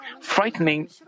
frightening